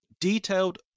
detailed